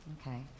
Okay